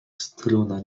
struna